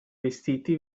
vestiti